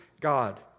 God